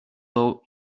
boat